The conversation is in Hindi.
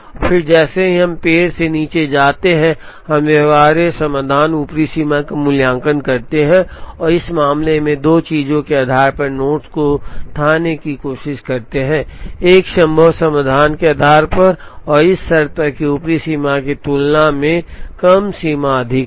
और फिर जैसे ही हम पेड़ से नीचे जाते हैं हम व्यवहार्य समाधान और ऊपरी सीमा का मूल्यांकन करते हैं और इस मामले में दो चीजों के आधार पर नोड्स को थाहने की कोशिश करते हैं एक संभव समाधान के आधार पर और इस शर्त पर कि ऊपरी सीमा की तुलना में कम सीमा अधिक है